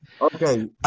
Okay